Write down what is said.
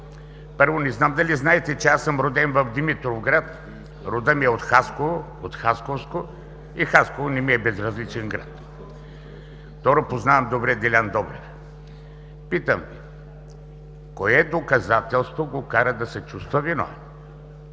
Първо, не зная дали знаете, че съм роден в Димитровград. Родът ми е от Хасковско и Хасково не ми е безразличен град. Второ, познавам добре Делян Добрев. Питам: кое доказателство го кара да се чувства виновен?!